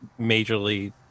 majorly